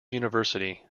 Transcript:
university